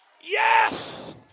yes